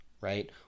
right